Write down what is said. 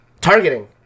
targeting